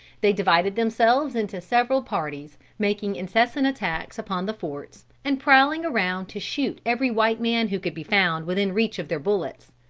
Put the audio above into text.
they divided themselves into several parties, making incessant attacks upon the forts, and prowling around to shoot every white man who could be found within reach of their bullets.